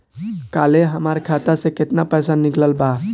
काल्हे हमार खाता से केतना पैसा निकलल बा?